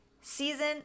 Season